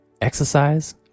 exercise